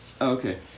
Okay